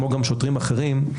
כמו גם שוטרים אחרים,